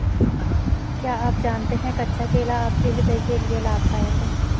क्या आप जानते है कच्चा केला आपके हृदय के लिए लाभदायक है?